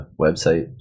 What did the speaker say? website